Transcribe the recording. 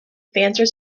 fancier